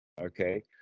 Okay